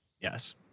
Yes